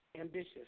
ambitious